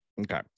Okay